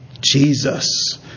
Jesus